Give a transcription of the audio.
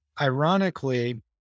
ironically